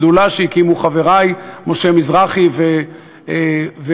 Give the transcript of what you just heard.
השדולה שהקימו חברי משה מזרחי ומיקי,